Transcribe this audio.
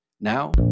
Now